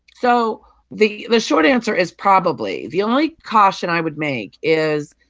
so the the short answer is probably. the only caution i would make is,